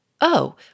Oh